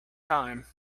time